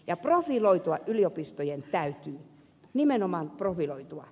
ja profiloitua yliopistojen täytyy nimenomaan profiloitua